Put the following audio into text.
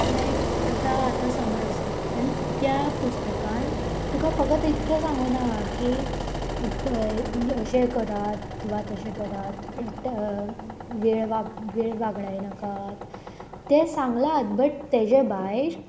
लायक आतां आतां समज आनी त्या पुस्तकान तुका फकत इतकें सांगूं ना की अशें करात वा तशें करात वेळ वा वेळ वागडाय नाकात ते सांगलात बट तेजे भायर